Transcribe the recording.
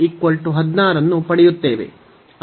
ಆದ್ದರಿಂದ x 4 ಆಗಿದೆ